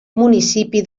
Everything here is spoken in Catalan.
municipi